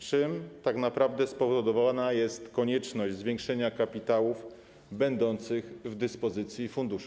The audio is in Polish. Czym tak naprawdę spowodowana jest konieczność zwiększenia kapitałów będących w dyspozycji funduszu?